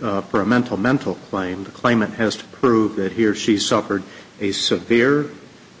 prepare for a mental mental claim the claimant has to prove that he or she suffered a severe